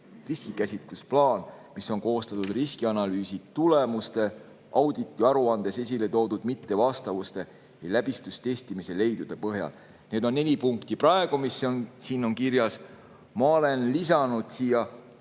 riskikäsitlusplaan, mis on koostatud riskianalüüsi tulemuste, auditi aruandes esile toodud mittevastavuste ja läbistustestimiste leidude põhjal. Need on neli punkti praegu, mis on siin kirjas. Ma olen lisanud siia